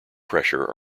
pressure